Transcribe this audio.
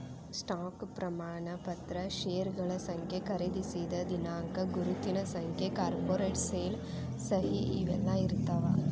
stock ಪ್ರಮಾಣ ಪತ್ರ ಷೇರಗಳ ಸಂಖ್ಯೆ ಖರೇದಿಸಿದ ದಿನಾಂಕ ಗುರುತಿನ ಸಂಖ್ಯೆ ಕಾರ್ಪೊರೇಟ್ ಸೇಲ್ ಸಹಿ ಇವೆಲ್ಲಾ ಇರ್ತಾವ